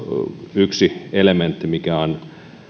yksi elementti mikä on